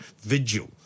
vigil